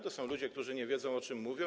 To są ludzie, którzy nie wiedzą, o czym mówią?